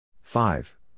Five